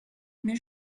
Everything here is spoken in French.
mais